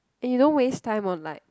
and you don't waste time on like